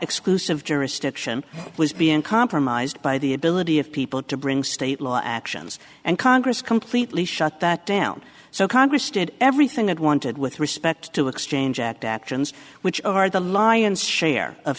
exclusive jurisdiction was being compromised by the ability of people to bring state law actions and congress completely shut that down so congress did everything it wanted with respect to exchange act actions which are the lion's share of